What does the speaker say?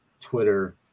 Twitter